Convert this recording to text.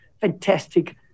fantastic